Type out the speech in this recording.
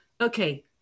okay